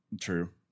True